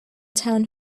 town